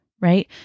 right